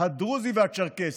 הדרוזי והצ'רקסי,